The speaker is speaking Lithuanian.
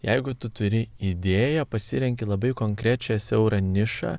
jeigu tu turi idėją pasirenki labai konkrečią siaurą nišą